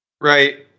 right